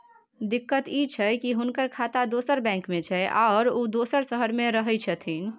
दिक्कत इ छै की हुनकर खाता दोसर बैंक में छै, आरो उ दोसर शहर में रहें छथिन